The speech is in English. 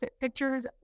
pictures